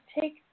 take